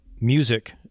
music